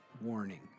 warning